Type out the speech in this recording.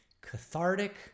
cathartic